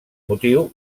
motiu